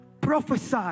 prophesy